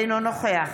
אינו נוכח